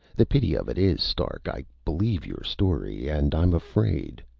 the pity of it is, stark, i believe your story. and i'm afraid.